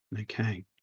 Okay